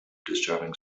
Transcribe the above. disturbing